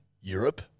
Europe